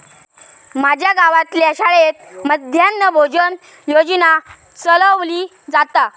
माज्या गावातल्या शाळेत मध्यान्न भोजन योजना चलवली जाता